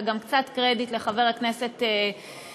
וגם קצת קרדיט לחבר הכנסת רוזנטל,